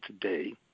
today